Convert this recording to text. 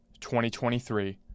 2023